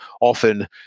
often